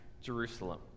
Jerusalem